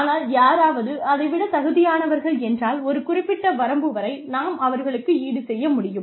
ஆனால் யாராவது அதை விடத் தகுதியானவர்கள் என்றால் ஒரு குறிப்பிட்ட வரம்பு வரை நாம் அவர்களுக்கு ஈடுசெய்ய முடியும்